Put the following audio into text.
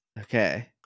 Okay